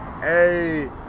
Hey